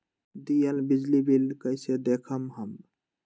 दियल बिजली बिल कइसे देखम हम?